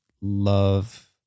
love